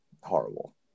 Horrible